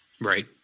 Right